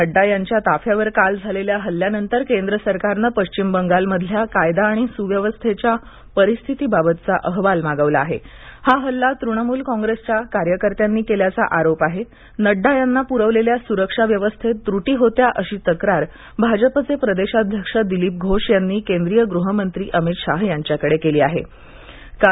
नड्डा यांच्या ताफ्यावर काल झालखा हल्यानंतर केंद्र सरकारनं पश्चिम बंगालमधल्या कायदा आणि सुव्यवस्थव्या परिस्थितीबाबतचा अहवाल मागवला आहा क्रा हल्ला तृणमूल कॉंग्रस्त्रिया कार्यकर्त्यांनी कल्प्राचा आरोप आहा नड्डा यांना पुरवलखिा सुरक्षा व्यवस्था व्रिटी होत्या अशी तक्रार भाजपच प्रिदर्शाध्यक्ष दिलीप घोष यांनी केंद्रीय गृहमंत्री अमित शहा यांच्याकडं कली होती